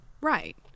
Right